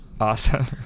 Awesome